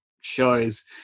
shows